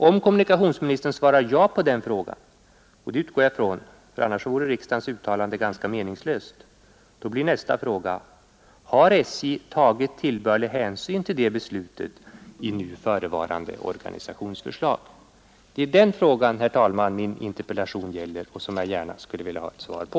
Om kommunikationsministern svarar ja på den frågan — och det utgår jag ifrån, för annars vore riksdagens uttalande ganska meningslöst — blir nästa fråga: Har SJ tagit tillbörlig hänsyn till beslutet i förevarande organisationsförslag? Det är den frågan som min interpellation gäller och som jag gärna skulle vilja ha ett svar på.